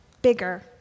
bigger